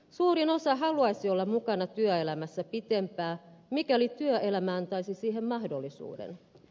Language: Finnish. suurin osa haluaisi olla mukana työelämässä pitempään mikäli työelämä antaisi siihen mahdollisuuden